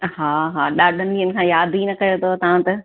हा हा ॾाढनि ॾींहनि खां यादि ई न कयो अथव तव्हां त